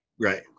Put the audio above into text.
right